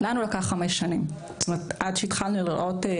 לנו לקח חמש שנים עד שהתחלנו לראות תוצאות.